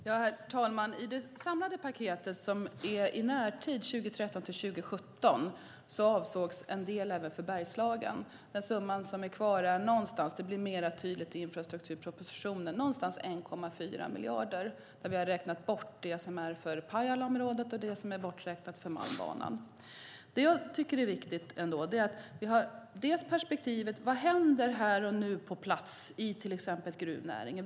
Herr talman! I det samlade paketet i närtid, åren 2013-2017, avsågs en del även för Bergslagen. Den summa som är kvar - detta blir tydligare i infrastrukturpropositionen - är ungefär 1,4 miljarder när vi räknat bort det som är för Pajalaområdet och för Malmbanan. Det jag tycker är viktigt är att vi har perspektivet: Vad händer här och nu, på plats till exempel i gruvnäringen?